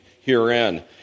herein